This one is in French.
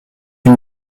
une